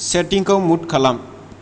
setting खौ mute खालाम